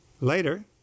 Later